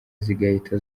zigahita